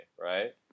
right